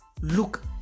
look